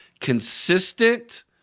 consistent